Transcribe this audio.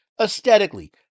aesthetically